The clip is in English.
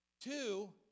Two